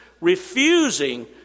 refusing